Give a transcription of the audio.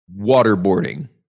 Waterboarding